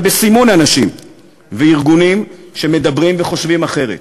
בסימון אנשים וארגונים שמדברים וחושבים אחרת.